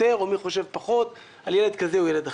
ומי חושב פחות על ילד כזה או ילד אחר.